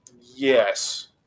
yes